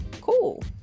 Cool